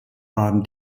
waren